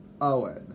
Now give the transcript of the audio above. Owen